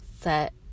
set